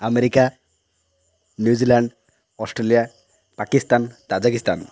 America New Zealand Australia Pakistan Tajikistan